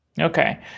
Okay